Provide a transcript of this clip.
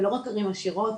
ולא רק ערים עשירות,